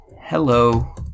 hello